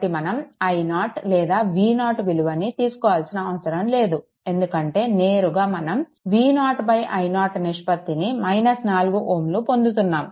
కాబట్టి మనం i0 లేదా V0 విలువను తీసుకోవాల్సిన అవసరం లేదు ఎందుకంటే నేరుగా మనం V0i0 నిష్పత్తిని - 4Ω పొందుతున్నాము